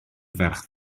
ferch